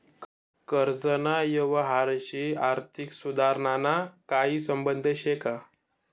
कर्जना यवहारशी आर्थिक सुधारणाना काही संबंध शे का?